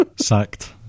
Sacked